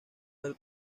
del